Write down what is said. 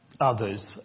others